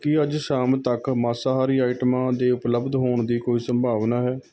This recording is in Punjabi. ਕੀ ਅੱਜ ਸ਼ਾਮ ਤੱਕ ਮਾਸਾਹਾਰੀ ਆਈਟਮਾਂ ਦੇ ਉਪਲਬਧ ਹੋਣ ਦੀ ਕੋਈ ਸੰਭਾਵਨਾ ਹੈ